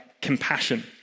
compassion